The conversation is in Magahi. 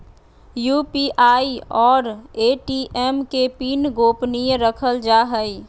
यू.पी.आई और ए.टी.एम के पिन गोपनीय रखल जा हइ